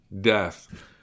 death